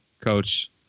Coach